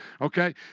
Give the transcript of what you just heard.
Okay